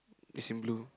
is in blue